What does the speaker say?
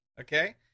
Okay